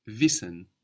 Wissen